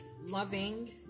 loving